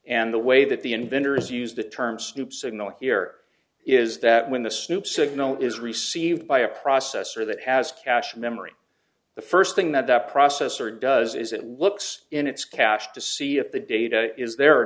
and the way that the inventor is used the term scoop signal here is that when the snoop signal is received by a processor that has cache memory the first thing that the processor does is it looks in its catch to see if the data is there or